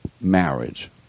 marriage